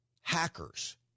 hackers